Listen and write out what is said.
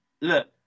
Look